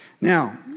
Now